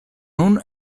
nun